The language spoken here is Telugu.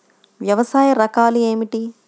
వ్యవసాయ రకాలు ఏమిటి?